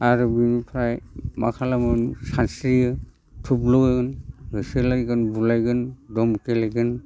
आरो बिनिफ्राय मा खालामोमोन सानस्रियो थब्ल'यो होसोलायगोन बुलायगोन दम गेलेगोन